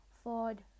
Ford